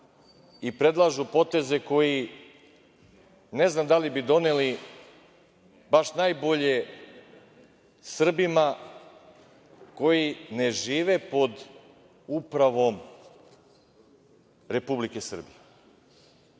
i predlažu poteze koji ne znam da li bi doneli baš najbolje Srbima koji ne žive pod upravom Republike Srbije. Znate,